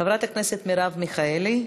חברת הכנסת מרב מיכאלי.